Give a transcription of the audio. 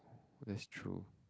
that's true